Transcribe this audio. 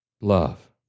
love